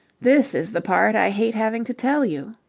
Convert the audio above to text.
this is the part i hate having to tell you.